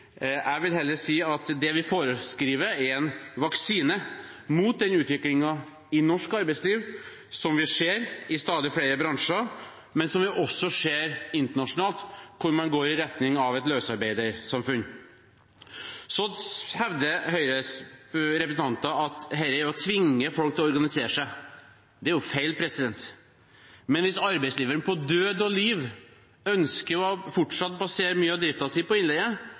Jeg vil heller si at det vi forskriver, er en vaksine mot den utviklingen i norsk arbeidsliv som vi ser i stadig flere bransjer, og som vi også ser internasjonalt, der man går i retning av et løsarbeidersamfunn. Så hevder Høyres representanter at dette er å tvinge folk til å organisere seg. Det er jo feil. Men hvis arbeidsgiverne på død og liv fortsatt ønsker å basere mye av driften sin på innleie,